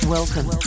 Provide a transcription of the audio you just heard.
Welcome